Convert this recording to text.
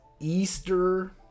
Easter